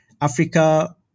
Africa